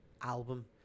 album